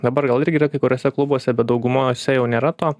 dabar gal irgi yra kai kuriuose klubuose bet daugumoj jose jau nėra to